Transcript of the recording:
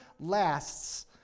lasts